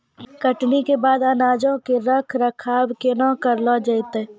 कटनी के बाद अनाजो के रख रखाव केना करलो जैतै?